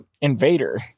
Invader